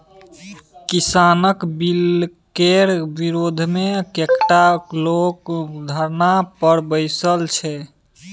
किसानक बिलकेर विरोधमे कैकटा लोग धरना पर बैसल छै